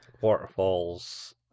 waterfalls